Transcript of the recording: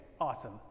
awesome